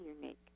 unique